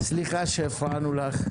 סליחה שהפרענו לך.